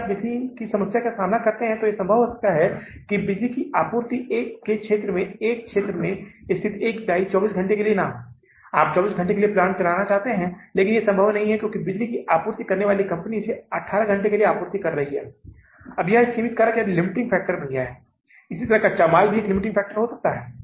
अब अगस्त महीने के लिए प्राप्तियां कितनी हैं यदि आप अगस्त महीने के लिए प्राप्तियों को देखते हैं तो बिक्री संग्रह अनुसूची पर वापस जाए यह राशि जो निकल कर आती है वह 454000 डॉलर है 454000 डॉलर यह अगस्त के महीने या अगस्त के महीने के दौरान बिक्री का संग्रह है